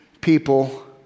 people